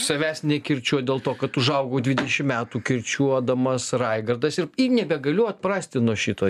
savęs nekirčiuoju dėl to kad užaugau dvidešim metų kirčiuodamas raigardas ir nebegaliu atprasti nuo šito